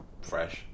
fresh